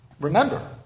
Remember